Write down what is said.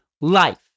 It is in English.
life